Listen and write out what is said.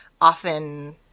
often